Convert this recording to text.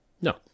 No